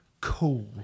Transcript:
cool